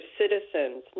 citizens